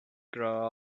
grow